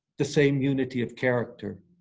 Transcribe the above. the same unity of character.